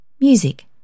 Music